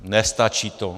Nestačí to.